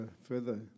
further